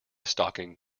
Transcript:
stocking